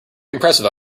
impressive